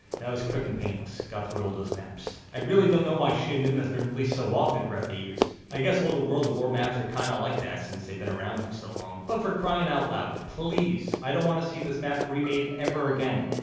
that was quick and painless, got through all those maps. i really don't know why shi no and numa has been released so often throughout the years. i guess all the world at war maps are kind of like that since they've been around for so long. but for crying out loud, please i don't want to see this map remade ever again.